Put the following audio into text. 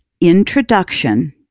introduction